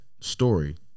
story